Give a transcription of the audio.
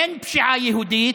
אין פשיעה יהודית,